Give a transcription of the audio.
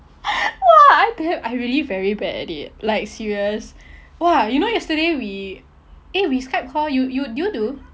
!wah! I damn I really very bad at it like serious !wah! you know yesterday we eh we skype call you you did you do